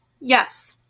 Yes